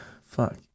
Fuck